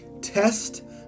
test